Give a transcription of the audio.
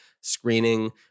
screening